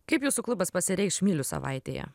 kaip jūsų klubas pasireikš myliu savaitėje